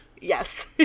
yes